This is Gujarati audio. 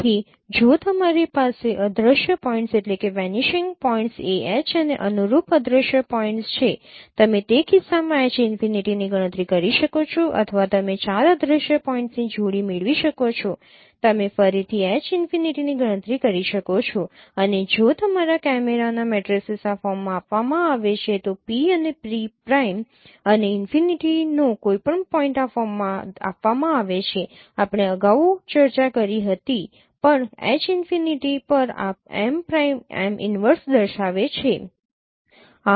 તેથી જો તમારી પાસે અદ્રશ્ય પોઇન્ટ્સ ah અને અનુરૂપ અદ્રશ્ય પોઇન્ટ્સ છે તમે તે કિસ્સામાં H ઈનફિનિટીની ગણતરી કરી શકો છો અથવા તમે 4 અદ્રશ્ય પોઇન્ટ્સની જોડી મેળવી શકો છો તમે ફરીથી H ઈનફિનિટીની ગણતરી કરી શકો છો અને જો તમારા કેમેરાના મેટ્રીસીસ આ ફોર્મમાં આપવામાં આવે છે તો P અને P પ્રાઈમ અને ઈનફિનિટીનો કોઈપણ પોઈન્ટ આ ફોર્મમાં આપવામાં આવે છે આપણે અગાઉ ચર્ચા કરી હતી પણ H ઈનફિનિટી પર આ M પ્રાઇમ M ઇનવર્સ દર્શાવે છે